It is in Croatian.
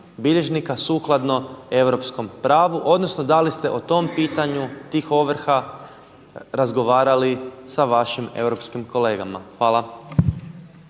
bilježnika sukladno europskom pravu, odnosno da li ste o tom pitanju tih ovrha razgovarali sa vašim europskim kolegama. Hvala.